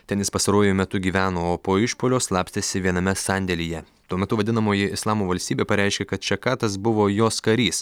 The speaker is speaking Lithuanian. ten jis pastaruoju metu gyveno o po išpuolio slapstėsi viename sandėlyje tuo metu vadinamoji islamo valstybė pareiškė kad šekatas buvo jos karys